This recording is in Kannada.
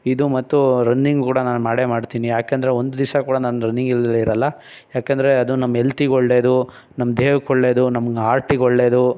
ಇದು ಮತ್ತು ರನ್ನಿಂಗ್ ಕೂಡ ನಾನು ಮಾಡೇ ಮಾಡ್ತೀನಿ ಯಾಕೆಂದರೆ ಒಂದು ದಿವಸ ಕೂಡ ನಾನು ರನ್ನಿಂಗಿಲ್ದೆ ಇರೋಲ್ಲ ಯಾಕೆಂದರೆ ಅದು ನಮ್ಮ ಎಲ್ತಿಗೆ ಒಳ್ಳೆಯದು ನಮ್ಮ ದೇಹಕ್ಕೆ ಒಳ್ಳೆಯದು ನಮ್ಮ ಹಾರ್ಟಿಗೆ ಒಳ್ಳೆಯದು